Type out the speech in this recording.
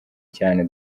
cyane